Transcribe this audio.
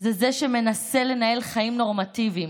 הוא זה שמנסה לנהל חיים נורמטיביים,